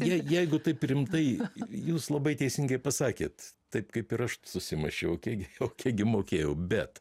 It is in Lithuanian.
jei jeigu taip rimtai jūs labai teisingai pasakėt taip kaip ir aš susimąsčiau o kiek gi o kiek gi mokėjau bet